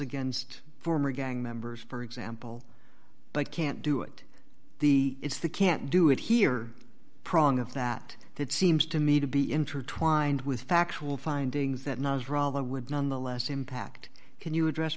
against former gang members for example but can't do it the it's the can't do it here prong of that that seems to me to be intertwined with factual findings that knows rollo would none the less impact can you address